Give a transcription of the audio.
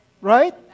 Right